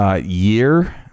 Year